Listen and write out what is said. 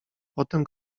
potem